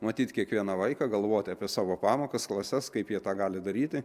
matyt kiekvieną vaiką galvoti apie savo pamokas klases kaip jie tą gali daryti